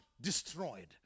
destroyed